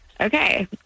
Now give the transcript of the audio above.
Okay